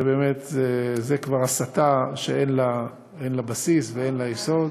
זה באמת כבר הסתה שאין לה בסיס ואין לה יסוד,